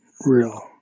real